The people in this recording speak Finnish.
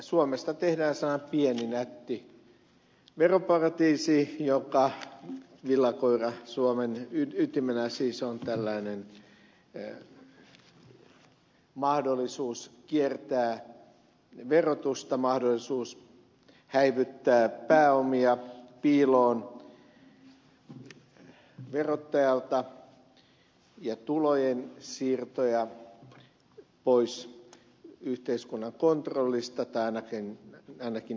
suomesta tehdään sellainen pieni nätti veroparatiisi jossa villakoiran ytimenä siis on tällainen mahdollisuus kiertää verotusta mahdollisuus häivyttää pääomia piiloon verottajalta ja tulojen siirtoja pois yhteiskunnan kontrollista tai ainakin näköpiiristä